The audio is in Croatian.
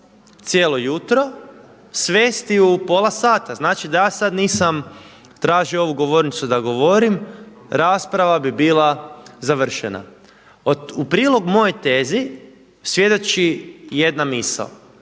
cijelo jutro, svesti u pola sata. Znači da ja sada nisam tražio ovu govornicu da govorim, rasprava bi bila završena. U prilog mojoj tezi svjedoči jedna misao,